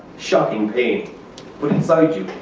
shocking pain but inside you.